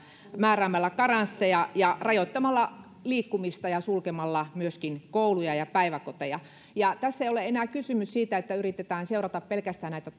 määräämällä karensseja ja rajoittamalla liikkumista ja sulkemalla myöskin kouluja ja päiväkoteja tässä ei ole enää kysymys siitä että yritetään pelkästään seurata näitä